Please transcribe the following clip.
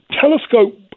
telescope